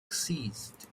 ceased